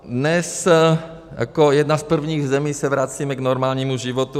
Dnes se jako jedna z prvních zemí vracíme k normálnímu životu.